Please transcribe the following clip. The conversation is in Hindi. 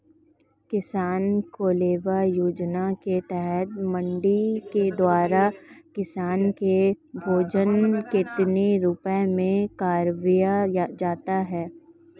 किसान कलेवा योजना के तहत मंडी के द्वारा किसान को भोजन कितने रुपए में करवाया जाता है?